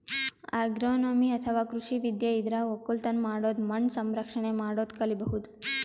agronomy ಅಥವಾ ಕೃಷಿ ವಿದ್ಯೆ ಇದ್ರಾಗ್ ಒಕ್ಕಲತನ್ ಮಾಡದು ಮಣ್ಣ್ ಸಂರಕ್ಷಣೆ ಮಾಡದು ಕಲಿಬಹುದ್